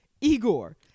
Igor